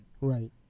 Right